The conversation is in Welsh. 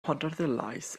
pontarddulais